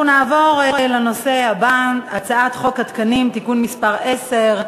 אנחנו נעבור לנושא הבא: הצעת חוק התקנים (תיקון מס' 10),